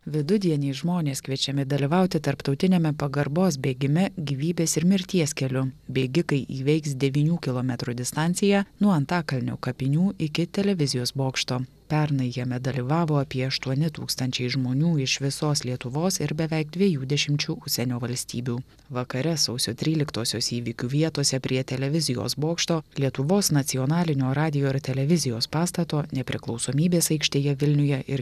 vidudienį žmonės kviečiami dalyvauti tarptautiniame pagarbos bėgime gyvybės ir mirties keliu bėgikai įveiks devynių kilometrų distanciją nuo antakalnio kapinių iki televizijos bokšto pernai jame dalyvavo apie aštuoni tūkstančiai žmonių iš visos lietuvos ir beveik dviejų dešimčių užsienio valstybių vakare sausio tryliktosios įvykių vietose prie televizijos bokšto lietuvos nacionalinio radijo ir televizijos pastato nepriklausomybės aikštėje vilniuje ir